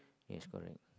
yes correct